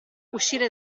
uscire